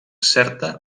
certa